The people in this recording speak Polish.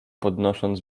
podnosząc